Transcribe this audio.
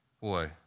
boy